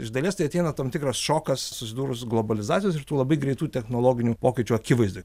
iš dalies tai ateina tam tikras šokas susidūrus globalizacijos ir tų labai greitų technologinių pokyčių akivaizdoje